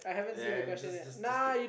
eh just just just take